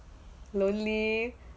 lonely